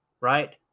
Right